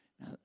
Now